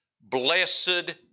blessed